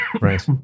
Right